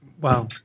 Wow